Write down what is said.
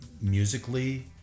musically